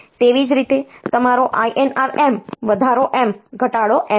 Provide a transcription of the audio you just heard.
તેવી જ રીતે તમારો INR M વધારો M ઘટાડો M છે